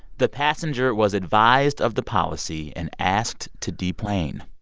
the passenger was advised of the policy and asked to deplane.